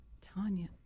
Tanya